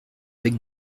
avec